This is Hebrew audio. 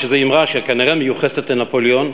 יש איזה אמרה שכנראה מיוחסת לנפוליאון: